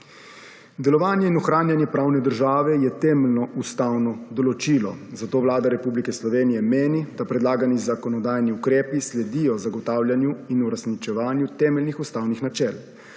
Delovanje in ohranjanje pravne države je temeljno ustavno določilo, zato Vlada Republike Slovenije meni, da predlagani zakonodajni ukrepi sledijo zagotavljanju in uresničevanju temeljnih ustavnih načel.